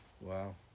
Wow